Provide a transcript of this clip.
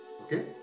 okay